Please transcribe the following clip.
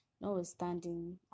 notwithstanding